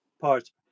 parts